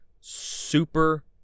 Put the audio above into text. Super